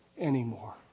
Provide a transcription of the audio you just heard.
anymore